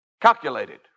calculated